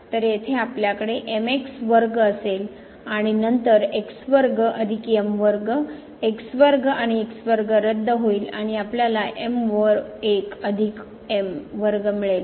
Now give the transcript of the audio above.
तर येथे आपल्याकडे वर्ग असेल आणि नंतर वर्ग अधिक m वर्ग वर्ग आणि वर्ग रद्द होईल आणि आपल्याला ओवर 1 अधिक m वर्ग मिळेल